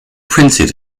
printed